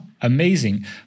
amazing